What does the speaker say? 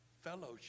fellowship